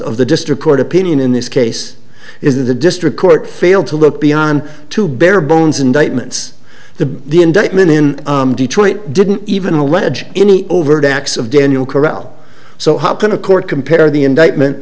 of the district court opinion in this case is that the district court failed to look beyond two bare bones indictments the indictment in detroit didn't even allege any overt acts of daniel chorale so how can a court compare the indictment